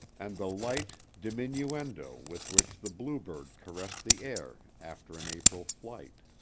and the light diminuendo with which the bluebird caressed the air after an april flight.